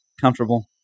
Comfortable